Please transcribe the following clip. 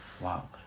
Wow